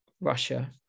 Russia